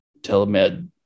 telemed